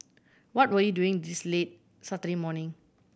what were you doing this late Saturday morning